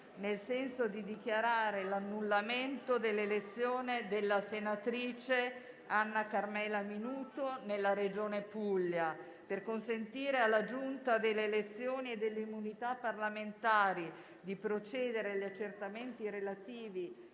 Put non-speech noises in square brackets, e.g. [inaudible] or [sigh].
nel senso di dichiarare l'annullamento dell'elezione della senatrice Anna Carmela Minuto nella Regione Puglia. [applause] Per consentire alla Giunta delle elezioni e delle immunità parlamentari di procedere agli accertamenti relativi